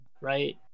right